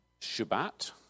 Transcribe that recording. Shabbat